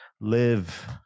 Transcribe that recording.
live